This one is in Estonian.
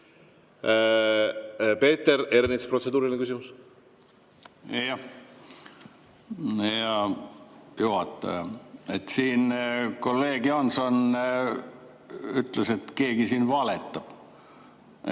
Peeter Ernits, protseduuriline küsimus. Hea juhataja! Siin kolleeg Jaanson ütles, et keegi valetab.